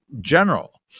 general